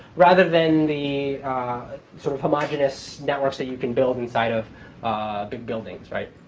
rather than the sort of homogeneous networks that you can build inside of buildings, right?